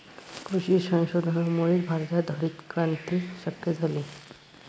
कृषी संशोधनामुळेच भारतात हरितक्रांती शक्य झाली